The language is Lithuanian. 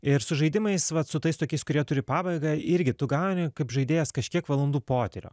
ir su žaidimais vat su tais tokiais kurie turi pabaigą irgi tu gauni kaip žaidėjas kažkiek valandų potyrio